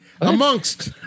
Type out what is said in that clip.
Amongst